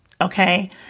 okay